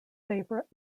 favourite